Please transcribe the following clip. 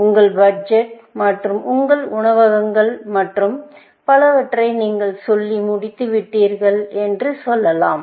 உங்கள் பட்ஜெட் மற்றும் உங்கள் உணவகங்கள் மற்றும் பலவற்றை நீங்கள் சொல்லி முடித்து விட்டீர்கள் என்று சொல்லலாம்